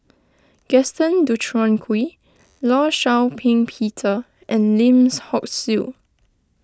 Gaston Dutronquoy Law Shau Ping Peter and Lim Hock Siew